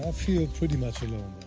ah feel pretty much alone.